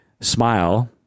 smile